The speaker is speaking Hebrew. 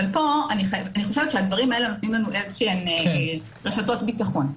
הדברים האלה נותנים לנו רשתות ביטחון.